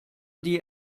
die